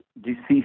deceased